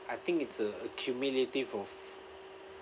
I think it's a a cumulative of